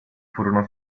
furono